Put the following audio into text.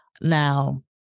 Now